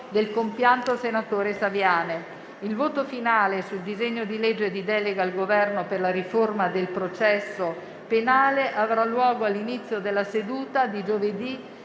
del compianto senatore Saviane. Il voto finale sul disegno di legge di delega al Governo per la riforma del processo penale avrà luogo all'inizio della seduta di giovedì